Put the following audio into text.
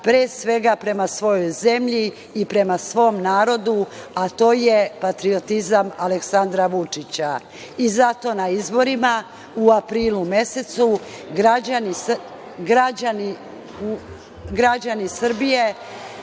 pre svega prema svojoj zemlji i prema svom narodu, a to je patriotizam Aleksandra Vučića. Zato na izborima u aprilu mesecu građani Srbije